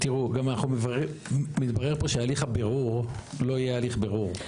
גם מתברר פה שהליך הבירור לא יהיה הליך בירור.